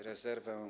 Rezerwę,